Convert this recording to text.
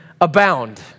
abound